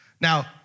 Now